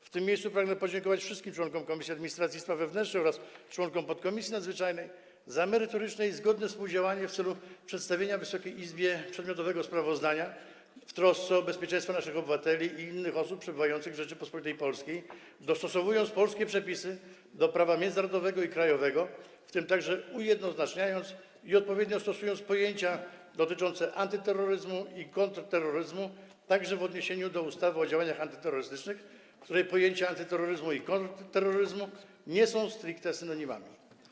W tym miejscu pragnę podziękować wszystkim członkom Komisji Administracji i Spraw Wewnętrznych oraz członkom podkomisji nadzwyczajnej za merytoryczne i zgodne współdziałanie w celu przedstawienia Wysokiej Izbie przedmiotowego sprawozdania w trosce o bezpieczeństwo naszych obywateli i innych osób przebywających w Rzeczypospolitej Polskiej, dostosowanie polskich przepisów do prawa międzynarodowego i krajowego, w tym ujednoznacznienie i odpowiednie stosowanie pojęć antyterroryzmu i kontrterroryzmu w odniesieniu do ustawy o działaniach antyterrorystycznych, w której pojęcia antyterroryzmu i kontrterroryzmu nie są stricte synonimami.